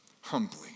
Humbly